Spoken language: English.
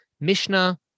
Mishnah